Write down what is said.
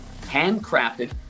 handcrafted